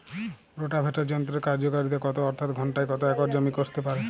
Rotavator যন্ত্রের কার্যকারিতা কত অর্থাৎ ঘণ্টায় কত একর জমি কষতে পারে?